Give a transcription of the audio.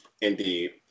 Indeed